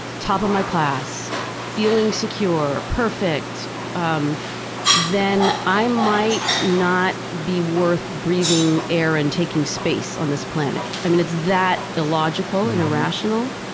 top of my class, feeling secure, perfect um then i might not be worth breathing air and taking space on this planet. i mean, it's that illogical and irrational.